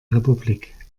republik